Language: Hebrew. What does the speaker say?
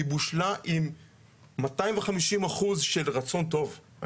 היא בושלה עם 250% של רצון טוב,